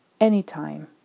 Anytime